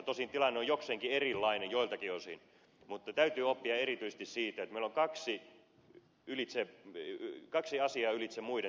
tosin tilanne on jokseenkin erilainen joiltakin osin mutta täytyy oppia erityisesti siitä että meillä on kaksi asiaa ylitse muiden tämän kriisin hoitamisessa